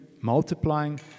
multiplying